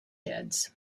heads